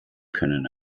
können